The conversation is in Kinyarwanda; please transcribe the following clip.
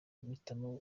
mpitamo